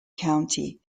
county